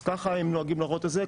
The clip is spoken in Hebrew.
אז ככה אם נוהגים להראות את זה,